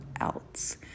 else